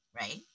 right